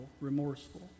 remorseful